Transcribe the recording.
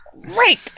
great